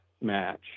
match